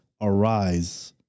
arise